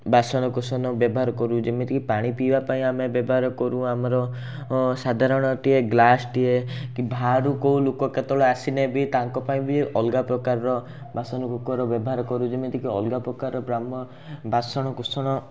ବାସନକୁସନ ବ୍ୟବହାର କରୁ ଯେମିତିକି ପାଣି ପିଇବାପାଇଁ ଆମେ ବ୍ୟବହାର କରୁ ଆମର ସାଧାରଣଟିଏ ଗ୍ଲାସଟିଏ କି ବାହାରୁ କେଉଁ ଲୋକ କେତେବେଳେ ଆସିଲେ ବି ତାଙ୍କ ପାଇଁ ବି ଅଲଗା ପ୍ରକାରର ପ୍ରକାରର ବାସନ କୁକର ବ୍ୟବହାର କରୁ ଯେମିତିକି ଅଲଗା ପ୍ରକାରର ବ୍ରାହ୍ମ ବାସନକୁସନ